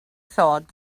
thought